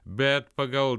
bet pagal